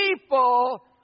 people